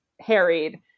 harried